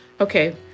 okay